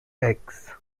eggs